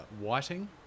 whiting